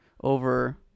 over